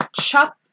chop